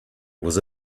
was